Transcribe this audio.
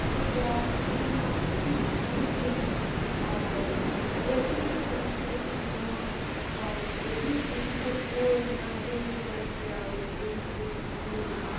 ꯑꯗꯨꯒ ꯑꯃꯅ ꯑꯩꯈꯣꯏꯒꯤ ꯗ꯭ꯔꯦꯁꯤꯡ ꯎꯄꯨꯁꯦ ꯁꯤꯁꯤꯅ ꯄ꯭ꯔꯥꯏꯁ ꯗ꯭ꯔꯦꯁꯤꯡ ꯎꯄꯨꯁꯤꯈꯛ ꯂꯧꯔꯒꯅ ꯑꯗꯣꯝꯒꯤ ꯄ꯭ꯔꯥꯏꯁ ꯀꯌꯥ ꯑꯣꯏꯒꯗꯣꯏꯅꯣ ꯑꯗꯨꯁꯨ ꯈꯪꯖꯅꯤꯡꯉꯦ